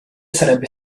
sarebbe